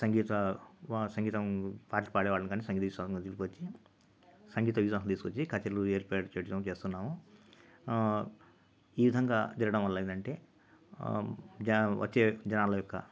సంగీత వా సంగీతం పాటలు పాడేవాళ్ళు కాని సంగీత విద్వాంసులును తీసుకొచ్చి సంగీత విద్వాంసులును తీసుకొచ్చి కచేరీలు ఏర్పాటు చేయడం చేస్తున్నాం ఈ విధంగా జరగడం వల్ల ఏందంటే జ వచ్చే జనాల యొక్క